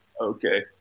Okay